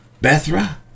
Bethra